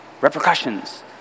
repercussions